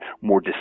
more